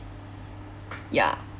ya